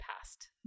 past